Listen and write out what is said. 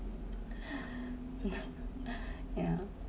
yeah